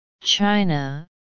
China